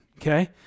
okay